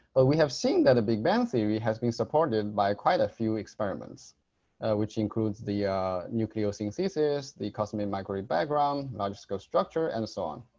but we have seen that a big bang theory has been supported by quite a few experiments which includes the nucleosynthesis, the cosmic microwave background, rajskub structure and so on.